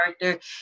character